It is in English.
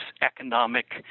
economic